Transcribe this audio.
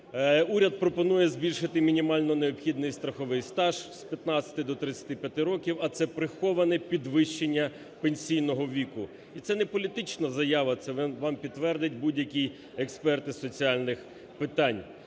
уряд пропонує збільшити мінімально необхідний страховий стаж з 15 до 35 років, а це приховане підвищення пенсійного віку. І це не політична заява, це вам підтвердять будь-які експерти з соціальних питань.